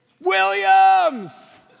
Williams